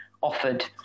offered